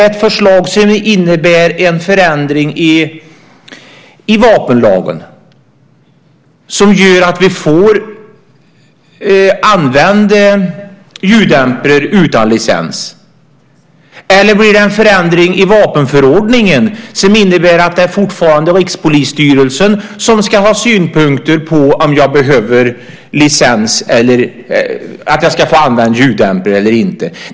Innebär det en förändring i vapenlagen som gör att vi får använda ljuddämpare utan licens? Blir det en förändring i vapenförordningen som innebär att det fortfarande är Rikspolisstyrelsen som ska ha synpunkter på om jag behöver licens för att få använda ljuddämpare eller inte?